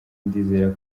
ndizera